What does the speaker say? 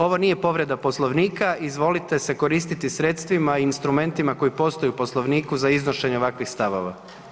Ovo nije povreda Poslovnika izvolite se koristiti sredstvima i instrumentima koji postoje u Poslovniku za iznošenje ovakvih stavova.